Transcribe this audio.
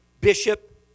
Bishop